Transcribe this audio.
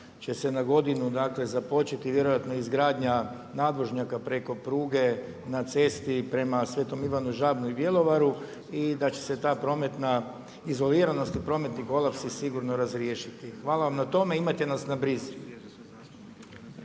će se na godinu, dakle započeti vjerojatno izgradnja nadvožnjaka preko pruge na cesti prema Svetom Ivanom Žabno i Bjelovaru i da će se ta prometna izoliranost i prometni kolaps sigurno razriješiti. Hvala vam na tome, imajte nas na brizi.